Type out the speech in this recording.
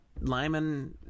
Lyman